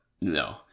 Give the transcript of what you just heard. No